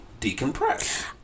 decompress